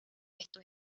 esto